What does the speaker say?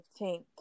15th